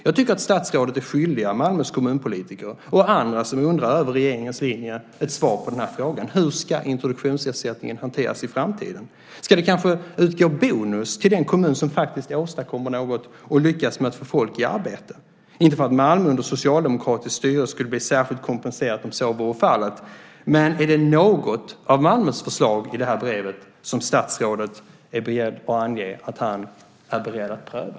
Jag tycker att statsrådet är skyldig Malmös kommunpolitiker och andra som undrar över regeringens linje, ett svar på frågan: Hur ska introduktionsersättningen hanteras i framtiden? Ska det kanske utgå bonus till den kommun som åstadkommer något och lyckas med att få folk i arbete? Malmö skulle inte under socialdemokratiskt styre bli särskilt kompenserat i så fall. Men är det något av Malmös förslag i brevet som statsrådet kan säga att han är beredd att pröva?